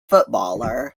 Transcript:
footballer